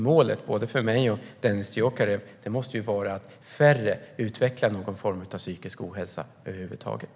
Målet för både mig och Dennis Dioukarev måste ju vara att färre utvecklar någon form av psykisk ohälsa över huvud taget.